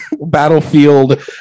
battlefield